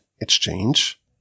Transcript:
exchange